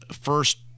first